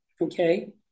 Okay